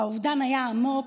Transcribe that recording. האובדן היה עמוק,